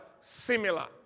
similar